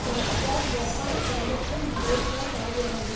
Russia Japan Singapore Malaysia Saudi Arabia